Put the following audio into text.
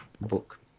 book